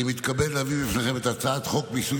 אני מתכבד להביא בפניכם את הצעת חוק מיסוי